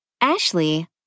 Ashley